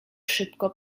szybko